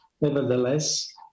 nevertheless